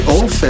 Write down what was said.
Old